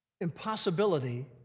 impossibility